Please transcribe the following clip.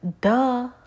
duh